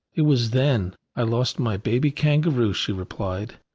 it was then i lost my baby kangaroo, she replied.